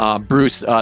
Bruce